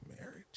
marriage